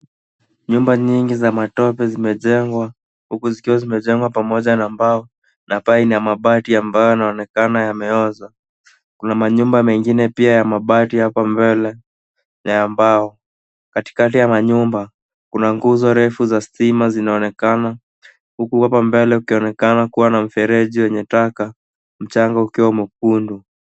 Nyumba nyingi za matope zimejengwa huku zikiwa zimejengwa pamoja na mbao na paa ni ya mabati ambayo inaonekana yameoza. Kuna manyumba mengine pia ya mabati hapo mbele na ya mbao. Katikati ya manyumba kuna nguzo refu za stima zinaonekana huku hapa mbele kukionekana kuwa na mfereji wenye taka. Mchanga ukiwa mwekundu.